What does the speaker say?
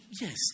yes